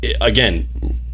again